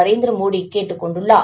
நரேந்திரமோடிகேட்டுக் கொண்டுள்ளார்